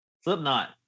Slipknot